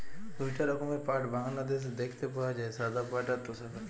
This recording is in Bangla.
দুইটা রকমের পাট বাংলাদেশে দেখতে পাওয়া যায়, সাদা পাট আর তোষা পাট